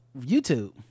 YouTube